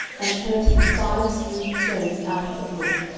and chose him five smooth stones out of the brook,